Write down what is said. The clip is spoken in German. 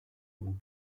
und